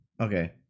Okay